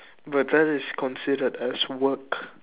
but that is considered as work